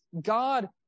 God